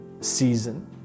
season